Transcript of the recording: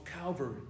Calvary